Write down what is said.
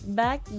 back